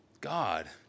God